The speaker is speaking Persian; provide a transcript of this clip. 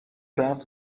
رفت